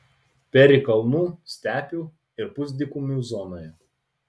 peri kalnų stepių ir pusdykumių zonoje